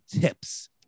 tips